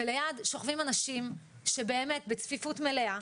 וליד שוכבים אנשים בצפיפות מלאה,